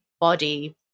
body